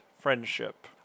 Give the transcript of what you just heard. friendship